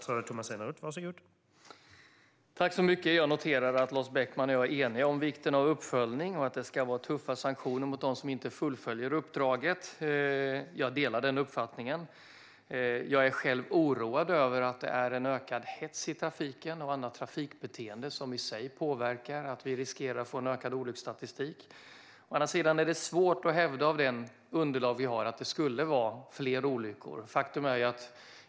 Herr talman! Jag noterar att Lars Beckman och jag är eniga om vikten av uppföljning och tuffa sanktioner mot dem som inte fullföljer uppdraget. Jag delar den uppfattningen. Jag är själv oroad över att hetsen i trafiken har ökat och över annat trafikbeteende som i sig gör att vi riskerar att få en försämrad olycksstatistik. Å andra sidan är det med det underlag som vi har svårt att hävda att det skulle inträffa fler olyckor.